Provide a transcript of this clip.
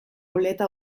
oleta